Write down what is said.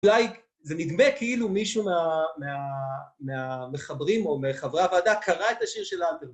אולי זה נדמה כאילו מישהו מהמחברים או מחברי הוועדה קרא את השיר שלהם.